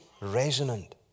resonant